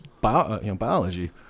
biology